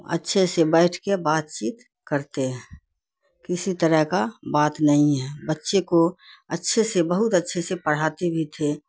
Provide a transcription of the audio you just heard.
اچھے سے بیٹھ کے بات چیت کرتے ہیں کسی طرح کا بات نہیں ہے بچے کو اچھے سے بہت اچھے سے پڑھاتے بھی تھے